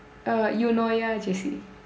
uh eunoia J_C